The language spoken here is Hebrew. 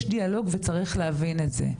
יש דיאלוג וצריך להבין את זה.